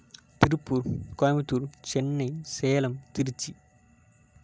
Tiruppur Coimbatore Chennai Salem Trichy